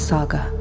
Saga